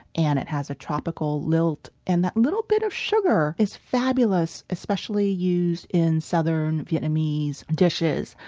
and it has a tropical lilt. and that little bit of sugar is fabulous, especially used in southern vietnamese dishes.